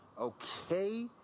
okay